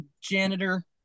janitor